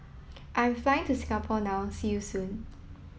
I'm flying to Singapore now see you soon